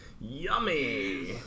Yummy